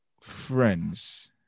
friends